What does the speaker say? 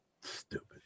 Stupid